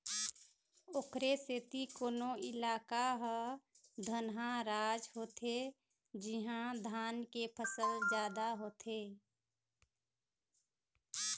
ओखरे सेती कोनो इलाका ह धनहा राज होथे जिहाँ धान के फसल जादा होथे